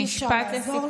אי-אפשר לעזור לך.